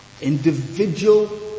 Individual